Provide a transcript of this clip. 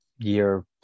year